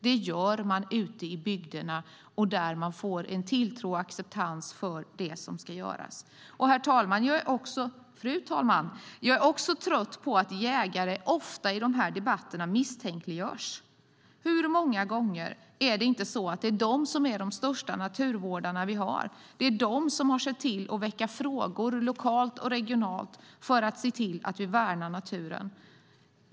Det görs ute i bygderna genom att skapa tilltro till och acceptans för det som ska göras. Fru talman! Jag är trött på att jägare ofta misstänkliggörs i de här debatterna. Hur många gånger är det inte just de som är de största naturvårdarna vi har? Det är de som sett till att väcka frågor lokalt och regionalt för att vi ska värna naturen.